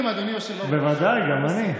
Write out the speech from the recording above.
שלא נחשוד בך שאתה מקנא.